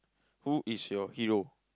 who is your hero